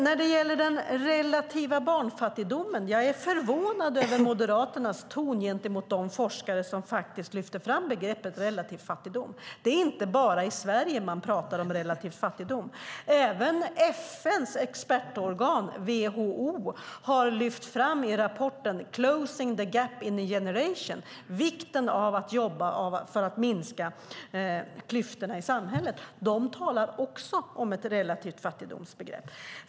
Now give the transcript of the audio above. När det gäller den relativa barnfattigdomen är jag förvånad över Moderaternas ton mot de forskare som lyfter fram begreppet relativ fattigdom. Det är inte bara i Sverige man talar om relativ fattigdom. Även FN:s expertorgan WHO har i rapporten Closing the Gap in a Generation lyft fram vikten av att jobba för att minska klyftorna i samhället. Också de talar om relativ fattigdom.